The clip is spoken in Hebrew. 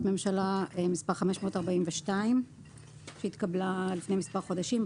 ממשלה מספר 542 שהתקבלה לפני כמה חודשים,